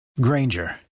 Granger